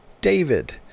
David